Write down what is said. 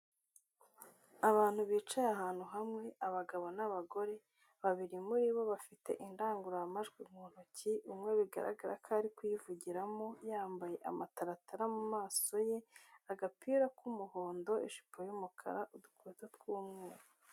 Abantu bicaye ahantu hamwe, abagabo n'abagore babiri muri bo bafite indangururamajwi mu ntoki, umwe bigaragara ko ari kuyivugiramo yambaye amataratara mu maso ye, agapira k'umuhondo ijipo y'umukara, udukweto tw'umweru.